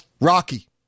Rocky